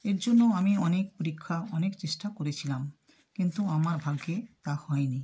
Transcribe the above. এর জন্য আমি অনেক পরীক্ষা অনেক চেষ্টা করেছিলাম কিন্তু আমার ভাগ্যে তা হয় নি